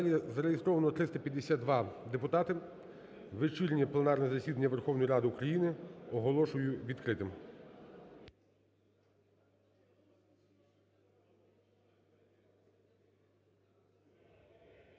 залі зареєстровано 352 депутати. Вечірнє пленарне засідання Верховної Ради України оголошую відкритим.